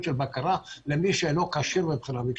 של בקרה למי שאינו כשיר מבחינה מקצועית.